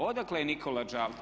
Odakle je Nikola Đalta?